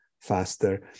faster